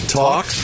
talk